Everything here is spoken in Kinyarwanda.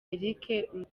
eric